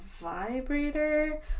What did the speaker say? vibrator